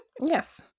yes